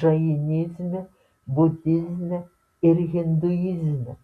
džainizme budizme ir hinduizme